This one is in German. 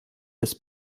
des